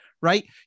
right